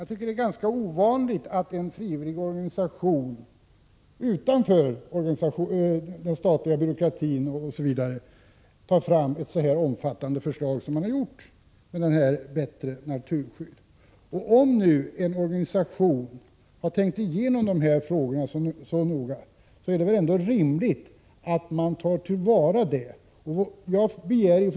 Jag tror att det är ganska ovanligt att en frivillig organisation, utanför den statliga byråkratin, tar fram ett så omfattande förslag som detta, Bättre naturskydd. Om nu en organisation har tänkt igenom en fråga så här noga, är det väl rimligt att man — Prot. 1986/87:119 tar till vara detta.